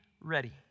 ready